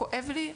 כואב לי,